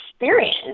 experience